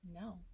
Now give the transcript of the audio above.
No